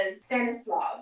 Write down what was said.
Stanislav